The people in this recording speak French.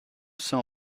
sans